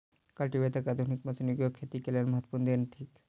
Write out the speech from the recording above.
cultivator आधुनिक मशीनी युगक खेतीक लेल महत्वपूर्ण देन थिक